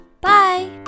Bye